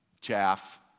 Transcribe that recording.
Chaff